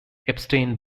epstein